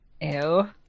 Ew